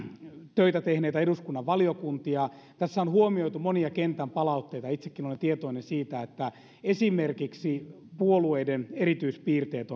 töitä tehneitä eduskunnan valiokuntia tässä on huomioitu monia kentän palautteita itsekin olen tietoinen siitä että esimerkiksi puolueiden erityispiirteet